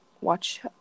watch